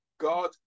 God